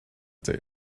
day